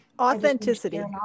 Authenticity